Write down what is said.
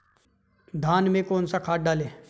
धान में कौन सा खाद डालें?